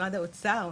משרד האוצר,